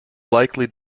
likely